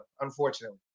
unfortunately